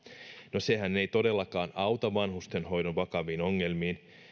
no sehän ei todellakaan auta vanhustenhoidon vakaviin ongelmiin